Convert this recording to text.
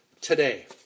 today